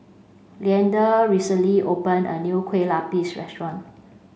Leander recently opened a new Kue Lupis restaurant